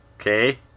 okay